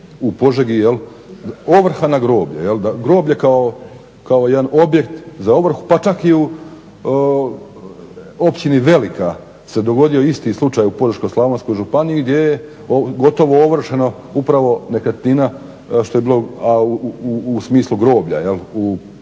u Požegi. Ovrha na groblje, groblje kao jedan objekt za ovrhu, pa čak i u Općini Velika se dogodio isti slučaj u Požeško-slavonskoj županiji gdje je gotovo ovršeno upravo nekretnina što je bila, a u smislu groblja u toj